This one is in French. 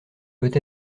peut